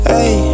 Hey